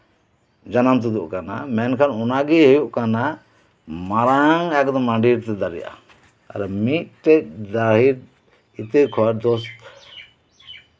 ᱡᱟᱱᱟᱢ ᱛᱩᱫᱩᱜ ᱠᱟᱱᱟ ᱢᱮᱱᱠᱷᱟᱱ ᱚᱱᱟᱜᱮ ᱦᱩᱭᱩᱜ ᱠᱟᱱᱟ ᱢᱟᱨᱟᱝ ᱮᱠᱫᱚᱢ ᱢᱟᱸᱰᱮᱨᱛᱮ ᱫᱟᱨᱮᱜᱼᱟ ᱟᱫᱚ ᱢᱤᱫᱴᱮᱡ ᱫᱟᱨᱮ ᱤᱛᱟᱹ ᱠᱷᱚᱱ